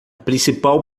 principal